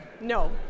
No